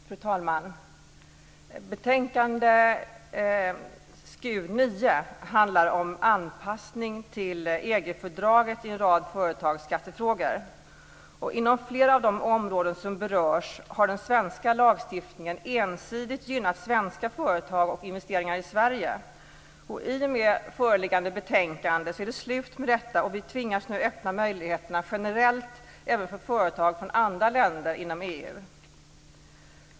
Fru talman! Betänkande SkU9 handlar om anpassning till EG-fördraget i en rad företagsskattefrågor. Inom flera av de områden som berörs har den svenska lagstiftningen ensidigt gynnat svenska företag och investeringar i Sverige. I och med föreliggande betänkande är det slut med detta. Vi tvingas nu öppna möjligheterna generellt även för företag från andra länder inom EU.